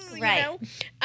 right